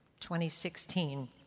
2016